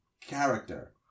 character